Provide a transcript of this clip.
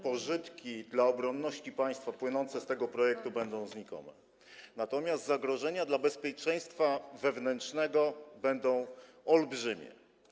Pożytki dla obronności państwa płynące z tej ustawy będą znikome, natomiast zagrożenia dla bezpieczeństwa wewnętrznego - olbrzymie.